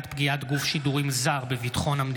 (תגמולים ושיקום) (תיקון,